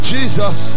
Jesus